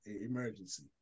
Emergency